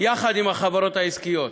לכלל בתי-הספר בארץ.